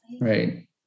right